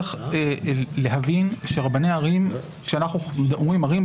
צריך להבין שכאשר אנחנו אומרים "ערים",